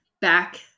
back